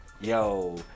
yo